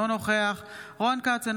אינו נוכח רון כץ,